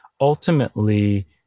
ultimately